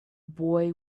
boy